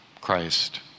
Christ